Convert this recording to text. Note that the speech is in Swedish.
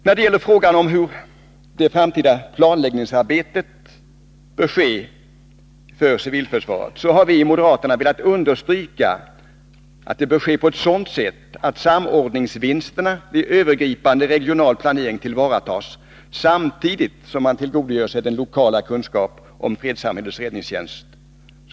När det gäller frågan om hur det framtida planläggningsarbetet för civilförsvaret bör ske har vi moderater velat understryka att det bör ske på ett sådant sätt att samordningsvinsterna vid övergripande regional planering tillvaratas, samtidigt som man tillgodogör sig den lokala kunskapen om fredssamhällets räddningstjänst.